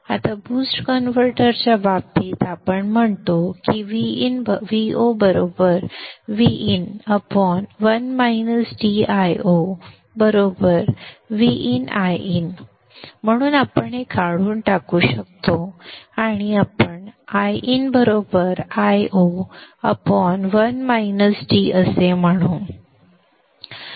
आता BOOST कनवर्टरच्या बाबतीत आपण म्हणतो की Vo Vin Io Vin Iin म्हणून आपण हे काढून टाकू शकतो आणि आपण Iin Io असे म्हणू